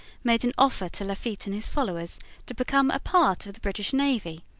made an offer to lafitte and his followers to become a part of the british navy,